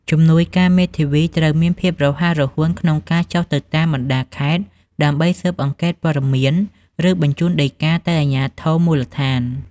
ជំនួយការមេធាវីត្រូវមានភាពរហ័សរហួនក្នុងការចុះទៅតាមបណ្តាខេត្ត ដើម្បីស៊ើបអង្កេតព័ត៌មាន ឬបញ្ជូនដីកាទៅអាជ្ញាធរមូលដ្ឋាន។